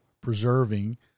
preserving